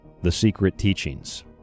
thesecretteachings